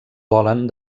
volen